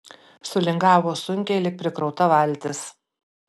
sulingavo sunkiai lyg prikrauta valtis